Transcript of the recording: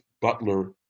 Butler